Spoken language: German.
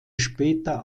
später